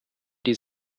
die